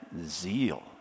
zeal